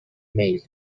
میل